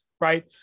right